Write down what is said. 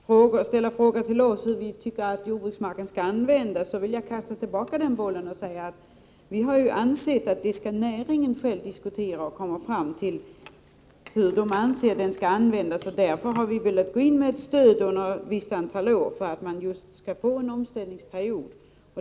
Herr talman! Karl Erik Olsson ställer frågor till oss socialdemokrater om hur vi tycker att jordbruksmarken skall användas. Jag vill kasta bollen tillbaka till honom och säga att vi anser att näringen själv skall diskutera och komma fram till hur marken skall användas. Därför vill vi gå in med ett stöd under ett visst antal år, för att ge möjligheter till en omställningsperiod.